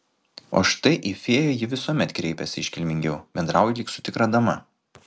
o štai į fėją ji visuomet kreipiasi iškilmingiau bendrauja lyg su tikra dama